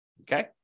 Okay